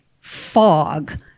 fog